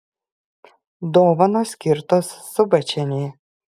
dovanos skirtos subočienei